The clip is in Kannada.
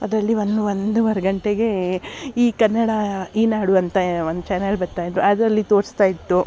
ಅದರಲ್ಲಿ ಒನ್ ಒಂದುವರೆ ಗಂಟೆಗೆ ಈ ಕನ್ನಡ ಈನಾಡು ಅಂತ ಒಂದು ಚಾನಲ್ ಬತ್ತಾ ಇತ್ತು ಅದರಲ್ಲಿ ತೋರ್ಸ್ತಾ ಇತ್ತು